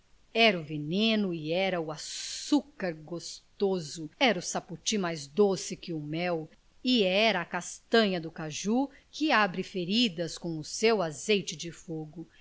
era o veneno e era o açúcar gostoso era o sapoti mais doce que o mel e era a castanha do caju que abre feridas com o seu azeite de fogo